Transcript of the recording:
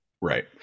Right